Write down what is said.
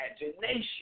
imagination